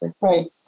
Right